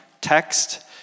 text